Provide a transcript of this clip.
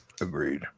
Agreed